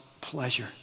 pleasure